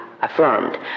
affirmed